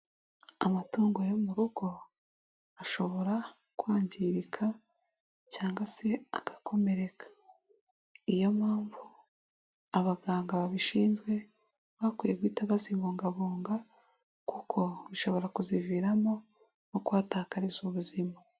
Amatungo yo mu rugo ashobora kwangirika cyangwa se agakomereka, ni yo mpamvu abaganga babishinzwe bakwiye guhita bazibungabunga kuko bishobora kuziviramo no kuhatakariza ubuzima.